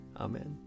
Amen